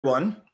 one